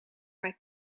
mij